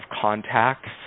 contacts